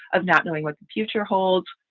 of not knowing what the future holds,